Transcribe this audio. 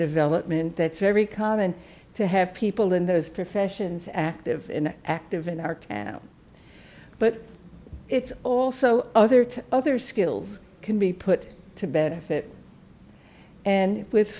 development that's very common to have people in those professions active and active in art but it's also other to other skills can be put to bed if it and with